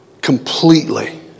completely